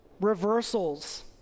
reversals